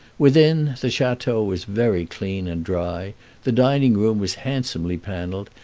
within, the chateau was very clean and dry the dining-room was handsomely panelled,